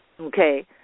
Okay